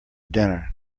dinner